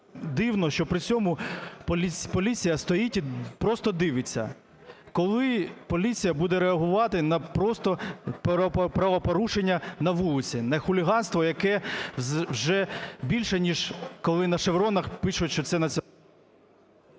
дивно, що при цьому поліція стоїть і просто дивиться. Коли поліція буде реагувати на просто правопорушення на вулиці, на хуліганство, яке вже більше… ніж коли на шевронах пишуть, що це…